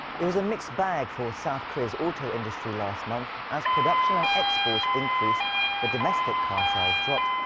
it was a mixed bag for south korea's auto industry last month as production and exports increased but domestic car sales dropped.